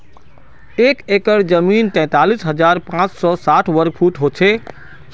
एक एकड़ जमीन तैंतालीस हजार पांच सौ साठ वर्ग फुट हो छे